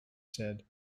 said